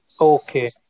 Okay